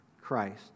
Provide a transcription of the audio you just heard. Christ